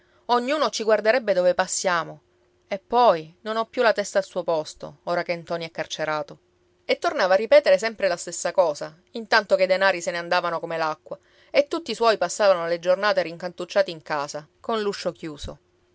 ognuno ci guarderebbe dove passiamo e poi non ho più la testa al suo posto ora che ntoni è carcerato e tornava a ripetere sempre la stessa cosa intanto che i denari se ne andavano come l'acqua e tutti i suoi passavano le giornate rincantucciati in casa coll'uscio chiuso